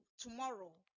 tomorrow